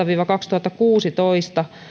viiva kaksituhattakuusitoista